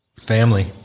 Family